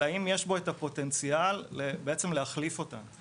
אלא האם יש פה את הפוטנציאל בעצם להחליף אותה.